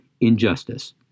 injustice